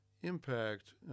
impact